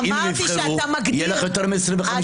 אם יבחרו, יהיה לך יותר מ-25%.